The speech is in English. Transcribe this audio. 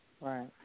Right